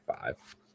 five